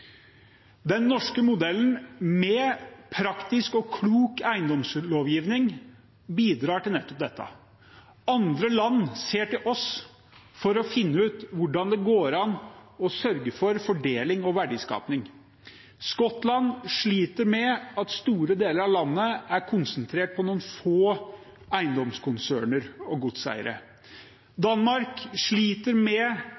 Den norske modellen med praktisk og klok eiendomslovgivning bidrar til nettopp dette. Andre land ser til oss for å finne ut hvordan det går an å sørge for fordeling og verdiskaping. Skottland sliter med at store deler av landet er konsentrert på noen få eiendomskonserner og godseiere. Danmark sliter med